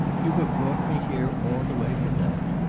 you have brought me here all the way for that.